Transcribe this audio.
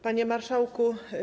Panie Marszałku!